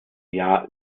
jahr